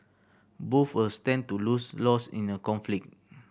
both will stand to lose lost in a conflict